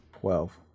Twelve